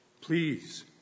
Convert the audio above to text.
Please